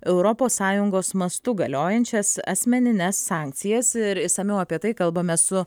europos sąjungos mastu galiojančias asmenines sankcijas ir išsamiau apie tai kalbame su